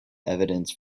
evidence